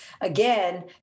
again